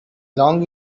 long